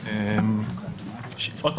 שוב,